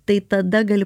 tai tada gali